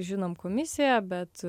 žinom komisiją bet